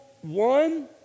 one